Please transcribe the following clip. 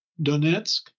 Donetsk